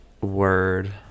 Word